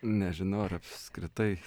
nežinau ar apskritai